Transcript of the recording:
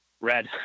Red